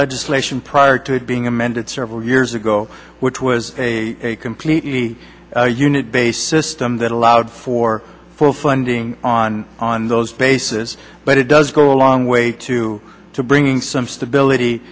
legislation prior to it being amended several years ago which was a completely unit based system that allowed for full funding on on those bases but it does go a long way to to bring some stability